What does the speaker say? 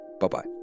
bye-bye